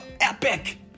epic